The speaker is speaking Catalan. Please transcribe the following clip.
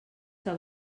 que